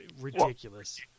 ridiculous